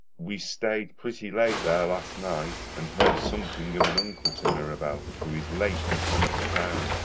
we stayed pretty late there last night, and heard something of an uncle to mirabell, who is lately come to town,